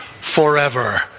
forever